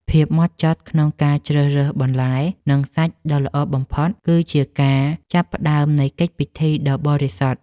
ភាពហ្មត់ចត់ក្នុងការជ្រើសរើសបន្លែ និងសាច់ដ៏ល្អបំផុត គឺជាការចាប់ផ្តើមនៃកិច្ចពិធីដ៏បរិសុទ្ធ។